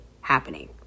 happening